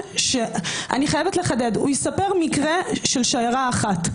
אני חייבת לחדד, הוא יספר מקרה של שיירה אחת.